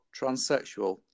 transsexual